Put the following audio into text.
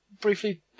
briefly